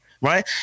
right